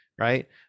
right